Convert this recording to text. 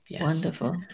Wonderful